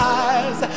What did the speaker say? eyes